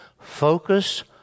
Focus